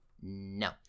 No